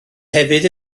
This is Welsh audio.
hefyd